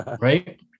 right